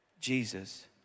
Jesus